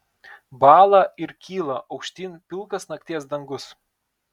bąla ir kyla aukštyn pilkas nakties dangus